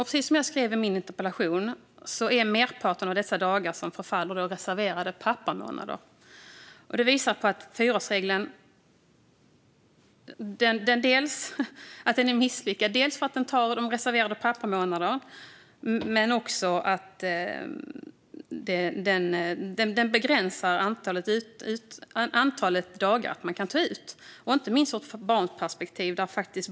Precis som jag påpekade i min interpellation är merparten av de dagar som förfaller reserverade pappamånader. Det visar på att fyraårsregeln är misslyckad, dels för att den tar av de reserverade pappamånaderna, dels för att den begränsar antalet dagar som kan tas ut. Detta gäller inte minst ur ett barnperspektiv.